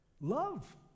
love